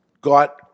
got